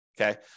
Okay